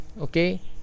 okay